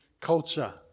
culture